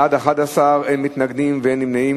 בעד, 11, אין מתנגדים ואין נמנעים.